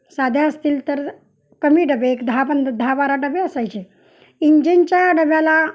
साध्या असतील तर कमी डबे एक दहा पण दहा बारा डबे असायचे इंजिनच्या डब्याला